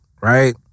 Right